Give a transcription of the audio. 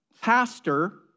Pastor